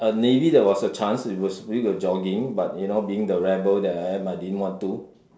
uh navy there was a chance it was we were jogging but you know being the rebel that I am I didn't want to